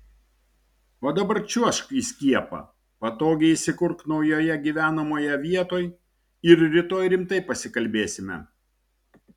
o dabar čiuožk į skiepą patogiai įsikurk naujoje gyvenamoje vietoj ir rytoj rimtai pasikalbėsime